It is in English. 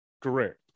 Correct